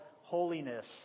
holiness